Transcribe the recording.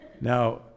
Now